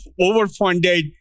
overfunded